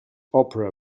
opera